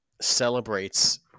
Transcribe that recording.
celebrates